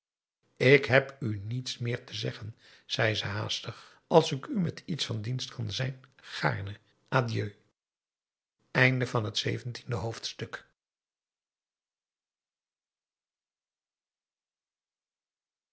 ik heb u niets meer te zeggen zei ze haastig als ik u met iets van dienst kan zijn gaarne adieu p a daum hoe hij